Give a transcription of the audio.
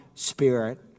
Spirit